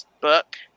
book